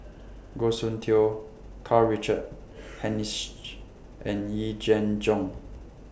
Goh Soon Tioe Karl Richard Hanitsch and Yee Jenn Jong